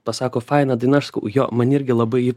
pasako faina daina aš jo man irgi labai ji